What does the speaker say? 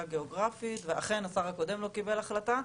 הגיאוגרפית ואכן השר הקודם לא קיבל החלטה,